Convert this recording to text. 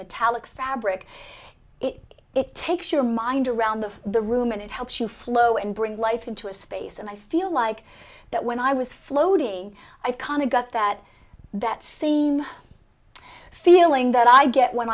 metallic fabric it takes your mind around the the room and it helps you flow and bring life into a space and i feel like that when i was floating i kind of got that that same feeling that i get when